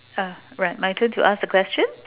ah right my turn to ask the question